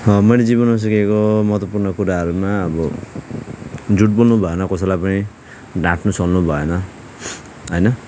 मैले जीवनबाट सिकेको महत्त्वपूर्ण कुराहरूमा अब झुट बोल्नुभएन कसैलाई पनि ढाँट्नु छल्नु भएन होइन